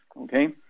Okay